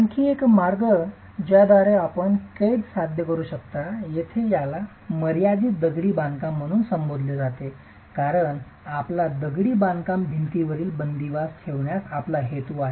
आणखी एक मार्ग ज्याद्वारे आपण कैद साध्य करू शकता येथे याला मर्यादित दगडी बांधकाम म्हणून संबोधले जाते कारण आपला दगडी बांधकाम भिंतीवर बंदिवास ठेवण्याचा आपला हेतू आहे